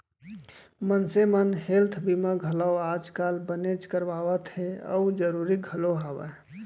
मनसे मन हेल्थ बीमा घलौ आज काल बनेच करवात हें अउ जरूरी घलौ हवय